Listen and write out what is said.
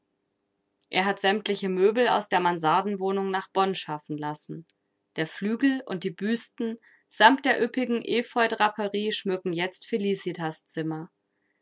er hat sämtliche möbel aus der mansardenwohnung nach bonn schaffen lassen der flügel und die büsten samt der üppigen epheudraperie schmücken jetzt felicitas zimmer